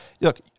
look